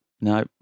No